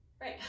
right